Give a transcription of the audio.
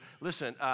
Listen